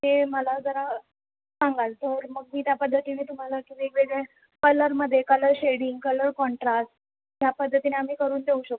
ते मला जरा सांगाल तर मग मी त्या पद्धतीने तुम्हाला असं वेगवेगळे कलरमध्ये कलर शेडिंग कलर काँट्रास ह्या पद्धतीने आम्ही करून देऊ शकू